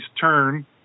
turn